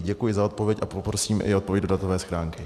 Děkuji za odpověď a poprosím i o odpověď do datové schránky.